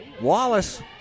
Wallace